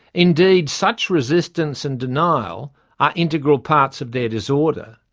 indeed, such resistance and denial are integral parts of their disorder.